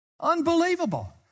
Unbelievable